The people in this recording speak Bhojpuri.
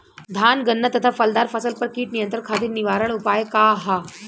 धान गन्ना तथा फलदार फसल पर कीट नियंत्रण खातीर निवारण उपाय का ह?